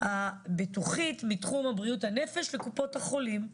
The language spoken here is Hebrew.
הביטוחית בתחום בריאות הנפש לקופות החולים,